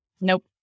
Nope